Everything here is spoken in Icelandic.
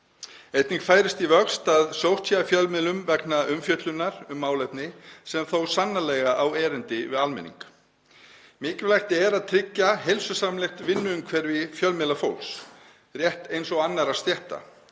Einnig færist í vöxt að sótt sé að fjölmiðlum vegna umfjöllunar um málefni sem þó sannarlega á erindi við almenning. Mikilvægt er að tryggja heilsusamlegt vinnuumhverfi fjölmiðlafólks, rétt eins og annarra stétta.